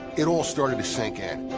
it all started to sink and